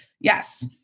yes